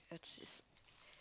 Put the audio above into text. that is